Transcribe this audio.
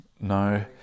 No